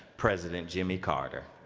president jimmy carter.